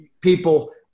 people